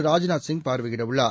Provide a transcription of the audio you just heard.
Rajnath Singh பார்வையிடவுள்ளார்